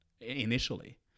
initially